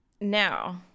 now